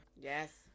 yes